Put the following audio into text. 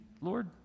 Lord